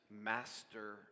master